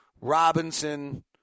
Robinson